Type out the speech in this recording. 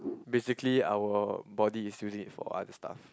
basically our body is using it for other stuff